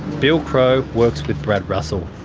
bill crowe works with brad russell.